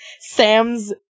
Sam's